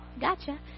gotcha